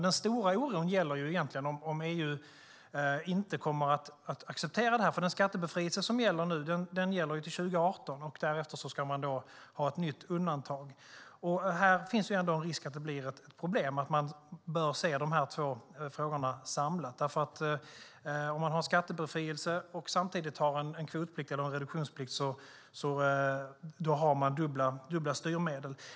Den stora oron gäller egentligen om EU kommer att acceptera det här eller inte. Den skattebefrielse som gäller nu gäller till 2018. Därefter ska man ha ett nytt undantag. Det finns en risk för att det blir ett problem här. Man bör se på de två frågorna samlat. Om man har skattebefrielse och samtidigt en reduktionsplikt har man nämligen dubbla styrmedel.